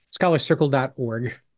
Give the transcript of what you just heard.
scholarcircle.org